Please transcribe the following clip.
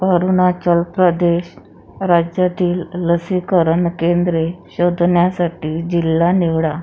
अरुणाचल प्रदेश राज्यातील लसीकरण केंद्रे शोधण्यासाठी जिल्हा निवडा